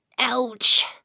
Ouch